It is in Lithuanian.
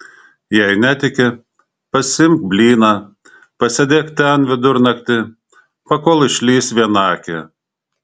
jei netiki pasiimk blyną pasėdėk ten vidurnaktį pakol išlįs vienakė